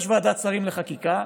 יש ועדת שרים לחקיקה,